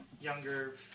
younger